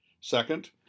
Second